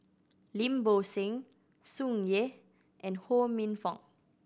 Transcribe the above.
Lim Bo Seng Tsung Yeh and Ho Minfong